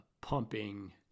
pumping